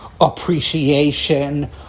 Appreciation